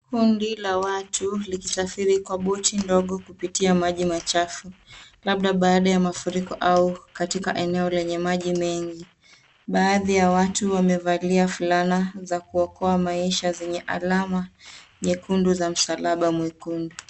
Kundi la watu likisafiri kwa boti ndogo kupitia maji machafu, labda baada ya mafuriko au katika eneo lenye maji mengi. Baadhi ya watu wamevalia fulana za kuokoa maisha zenye alama nyekundu za msalaba mwekundu.